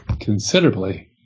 considerably